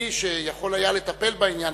והיחידי שיכול היה לטפל בעניין,